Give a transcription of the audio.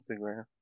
Instagram